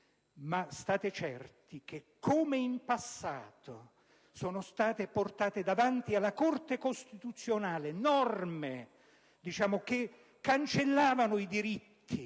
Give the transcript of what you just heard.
Ma state certi che, come in passato sono state portate davanti alla Corte costituzionale norme che cancellavano i diritti